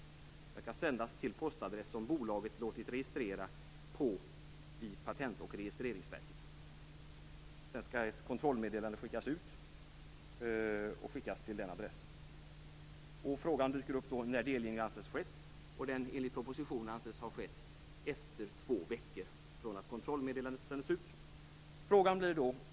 Den kan sändas till postadress som bolaget låtit registrera i Patent och registreringsverket. Sedan skall ett kontrollmeddelande skickas ut till den adressen. Frågan när delgivning kan anses ha skett dyker då upp. Den anses enligt propositionen ha skett efter två veckor från det att kontrollmeddelandet sändes ut.